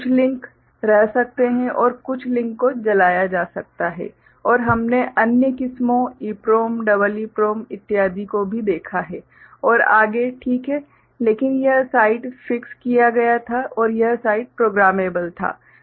कुछ लिंक रह सकते हैं और कुछ लिंक को जलाया जा सकता है और हमने अन्य किस्मों EPROM EEPROM इत्यादि को भी देखा है और आगे ठीक है लेकिन यह साइड फिक्स किया गया था और यह साइड प्रोग्रामेबल था